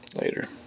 later